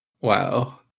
Wow